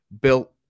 built